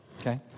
Okay